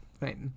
Right